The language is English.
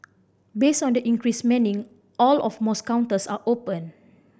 based on the increased manning all of most counters are open